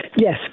Yes